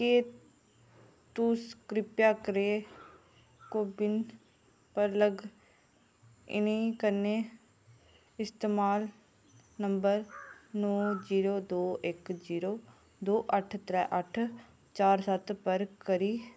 कि तुस किरपा करियै कोविन लागइन कन्नै इस्तेमाल नम्बर नौ जीरो दो इक जीरो दो अट्ठ त्रै अट्ठ चार सत्त पर करी